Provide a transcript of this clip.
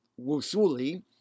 Wusuli